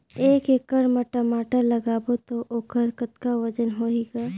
एक एकड़ म टमाटर लगाबो तो ओकर कतका वजन होही ग?